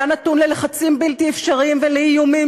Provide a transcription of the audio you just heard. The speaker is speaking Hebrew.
היה נתון ללחצים בלתי אפשריים ולאיומים